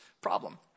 problem